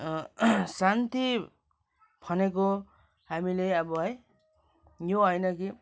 शान्ती भनेको हामीले अब है यो होइन कि